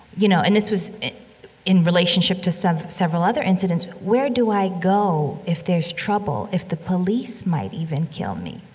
you know, and this was in relationship to several other incidents, where do i go if there's trouble if the police might even kill me?